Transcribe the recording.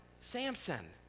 Samson